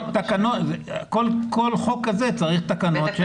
כל חוק כזה צריך תקנות.